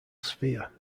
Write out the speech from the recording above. sphere